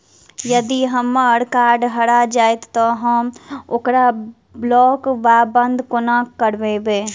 यदि हम्मर कार्ड हरा जाइत तऽ हम ओकरा ब्लॉक वा बंद कोना करेबै?